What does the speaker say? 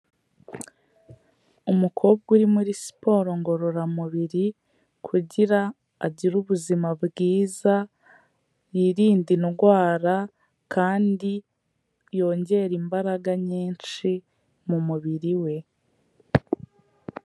Umukobwa uri muri siporo ngororamubiri kugira ngo agire ubuzima bwiza, yirinde indwara kandi yongere imbaraga nyinshi mu mubiri we.